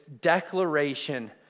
declaration